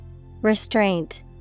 Restraint